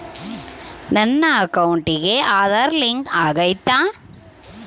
ನನ್ನ ಅಕೌಂಟಿಗೆ ಆಧಾರ್ ಲಿಂಕ್ ಆಗೈತಾ?